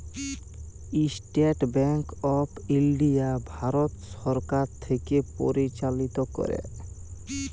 State bank of India ভারত সরকার থ্যাকে পরিচালিত ক্যরে